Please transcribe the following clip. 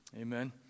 Amen